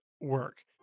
work